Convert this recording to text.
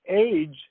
age